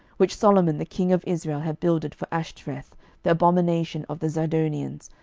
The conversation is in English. which solomon the king of israel had builded for ashtoreth the abomination of the zidonians,